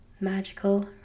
magical